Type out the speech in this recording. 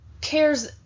cares